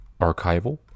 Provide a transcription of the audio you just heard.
archival